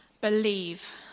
believe